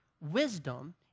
Wisdom